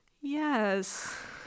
yes